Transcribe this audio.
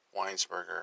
Weinsberger